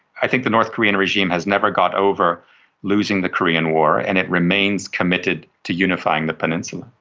i think the north korean regime has never got over losing the korean war, and it remains committed to unifying the peninsula.